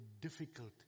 difficult